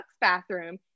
bathroom